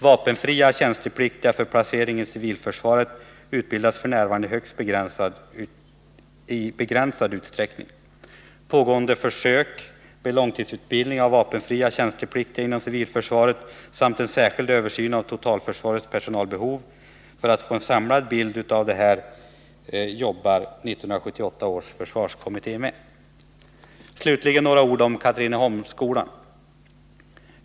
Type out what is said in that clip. Vapenfria tjänstepliktiga för placering i civilförsvaret utbildas f. n. i begränsad utsträckning. Pågående försök med långtidsutbildning av vapenfria tjänstepliktiga inom civilförsvaret samt en särskild översyn av totalförsvarets personalbehov som f. n. genomförs syftar till att ge en samlad bild av fördelningen av personaltillgångar och civilförsvarets utbildningsbehov. Dessa frågor ingår i uppdraget till 1978 års försvarskommitté. Slutligen några ord om Katrineholmsskolan.